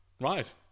right